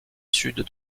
sud